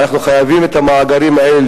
ואנחנו חייבים לשמור את המאגרים האלה,